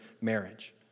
marriage